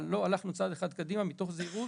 אבל לא הלכנו צעד אחד קדימה מתוך זהירות